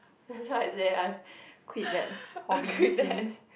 that's why I say I quit that hobby since